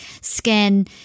scan